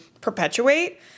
perpetuate